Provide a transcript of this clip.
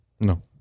No